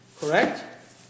Correct